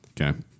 Okay